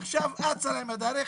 עכשיו אצה להם הדרך,